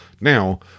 Now